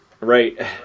Right